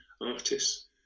artists